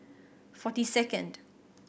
forty second